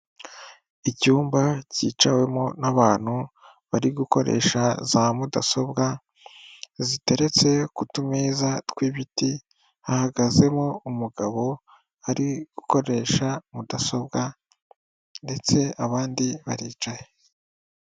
Icyumba cyicawemo n'abantu bari gukoresha za mudasobwa ziteretse ku tumeza tw'ibiti, hahagazemo umugabo ari gukoresha mudasobwa ndetse abandi baricaye.